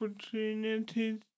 opportunities